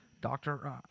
Doctor